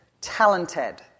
talented